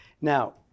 Now